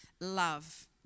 love